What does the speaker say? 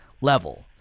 level